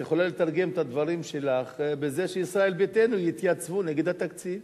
את יכולה לתרגם את הדברים שלך בזה שישראל ביתנו יתייצבו נגד התקציב,